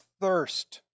thirst